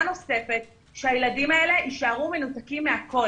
נוספת שהילדים האלה יישארו מנותקים מהכול